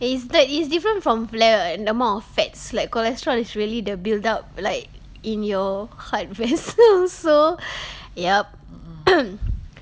is th~ it's different from phlegm and the amount of fats like cholesterol is really the build up like in your heart vessels so yup